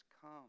Come